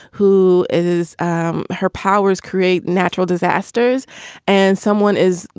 who is um her powers create natural disasters and someone is,